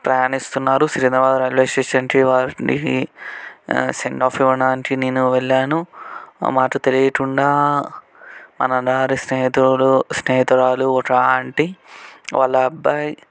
ప్రయాణిస్తున్నారు Secunderabad railway స్టేషన్కి వారికి send off ఇవ్వడానికి నేను వెళ్ళాను మాకు తెలియకుండా మన డాడీ స్నేహితుడు స్నేహితురాలు ఒక ఆంటీ వాళ్ళ అబ్బాయి